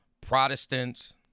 Protestants